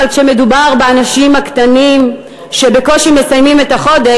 אבל כשמדובר באנשים הקטנים שבקושי מסיימים את החודש,